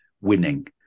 winning